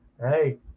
Hey